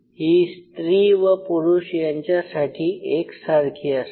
ही स्त्री व पुरुष यांच्यासाठी एक सारखी असते